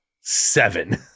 seven